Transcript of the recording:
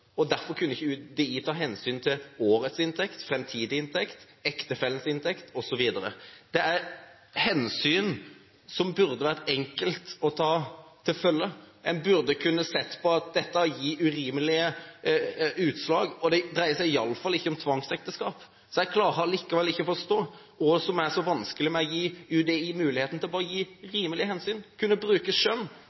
Derfor kunne ikke UDI ta hensyn til årets inntekt, framtidig inntekt, ektefellens inntekt osv. Det er hensyn som det burde vært enkelt å ta til følge. En burde kunne sett at dette gir urimelige utslag. Det dreier seg iallfall ikke om tvangsekteskap. Så jeg klarer ikke å forstå hva som er vanskelig med å gi UDI muligheten til å ta rimelig hensyn, kunne bruke skjønn,